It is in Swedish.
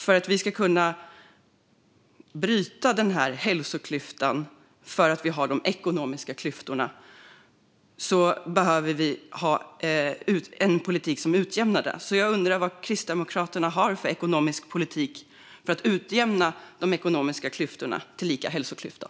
För att vi ska kunna sluta hälsoklyftan som vi har för att vi har ekonomiska klyftor behöver vi ha en politik som utjämnar. Jag undrar vad Kristdemokraterna har för ekonomisk politik för att utjämna de ekonomiska klyftorna, tillika hälsoklyftan.